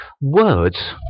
Words